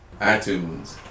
iTunes